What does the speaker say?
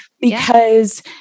because-